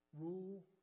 rule